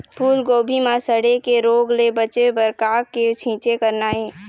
फूलगोभी म सड़े के रोग ले बचे बर का के छींचे करना ये?